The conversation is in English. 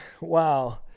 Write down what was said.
wow